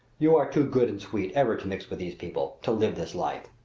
you are too good and sweet ever to mix with these people to live this life.